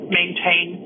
maintain